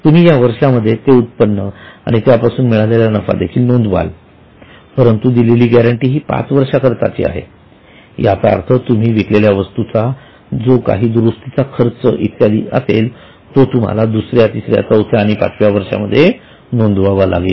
तुम्ही या वर्षांमध्ये ते उत्पन्न आणि त्यापासून मिळालेला नफा देखील नोंदवाल परंतु दिलेली गॅरंटी ही पाच वर्षाकरिता आहे याचा अर्थ तुम्ही विकलेल्या वस्तूचा जो काही दुरुस्तीचा खर्च इत्यादी असेल तो तुम्हाला दुसऱ्या तिसऱ्या चौथ्या आणि पाचव्या वर्षांमध्ये नोंदवावा लागेल